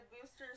boosters